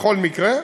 בכל מקרה,